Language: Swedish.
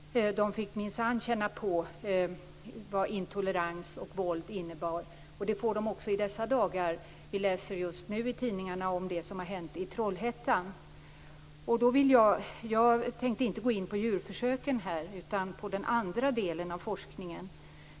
De fick minsann känna på vad intolerans och våld innebär, och det får de också i dessa dagar. Vi läser just nu i tidningarna om det som har hänt i Trollhättan. Jag tänker inte gå in på djurförsöken här utan på den andra delen av forskningen.